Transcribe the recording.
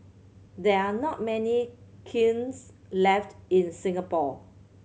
there are not many kilns left in Singapore